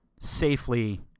Safely